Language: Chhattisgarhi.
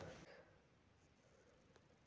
सामाजिक सहायता से का मिल सकत हे?